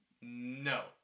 No